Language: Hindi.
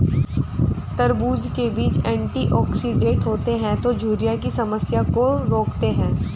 तरबूज़ के बीज एंटीऑक्सीडेंट होते है जो झुर्रियों की समस्या को रोकते है